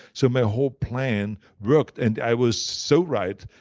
so my whole plan worked and i was so right.